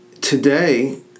today